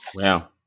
Wow